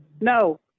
no